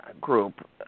Group